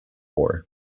war